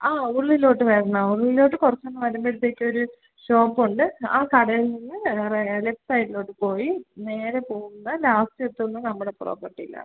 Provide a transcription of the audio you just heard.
ആ ഉള്ളിലോട്ട് വരണം ഉള്ളിലോട്ട് കുറച്ച് അങ്ങ് വരുമ്പോഴത്തേക്ക് ഒരു ഷോപ്പുണ്ട് ആ കടയിൽ നിന്ന് ലെഫ്റ്റ് സൈഡിലോട്ട് പോയി നേരെ പോവുന്ന ലാസ്റ്റ് എത്തുന്നത് നമ്മുടെ പ്രോപ്പർട്ടിയിലാണ്